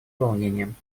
волнением